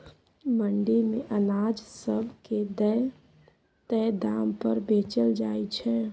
मंडी मे अनाज सब के तय दाम पर बेचल जाइ छै